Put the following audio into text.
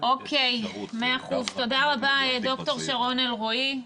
תודה רבה, ד"ר שרון אלרעי.